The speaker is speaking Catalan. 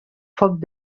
foc